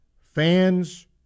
Fans